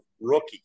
rookie